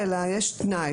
אלא יש תנאי,